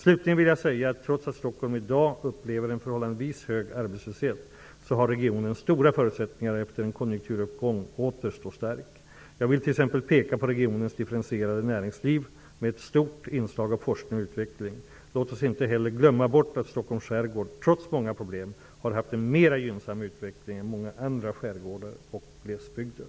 Slutligen vill jag säga att trots att Stockholm i dag upplever en förhållandevis hög arbetslöshet har regionen stora förutsättningar att efter en konjunkturuppgång åter stå stark. Jag vill t.ex. peka på regionens differentierade näringsliv med ett stort inslag av forskning och utveckling. Låt oss inte heller glömma bort att Stockholms skärgård, trots många problem, har haft en mera gynnsam utveckling än många andra skärgårdar och glesbygder.